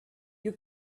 you